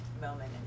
moment